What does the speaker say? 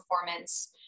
performance